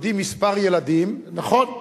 יודעים מספר ילדים, נכון.